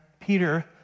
Peter